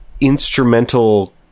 instrumental